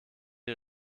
die